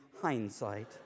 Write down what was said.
hindsight